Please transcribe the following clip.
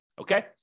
Okay